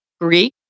Greek